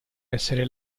essere